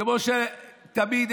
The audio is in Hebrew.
כמו שתמיד,